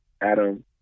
Adam